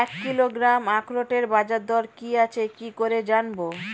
এক কিলোগ্রাম আখরোটের বাজারদর কি আছে কি করে জানবো?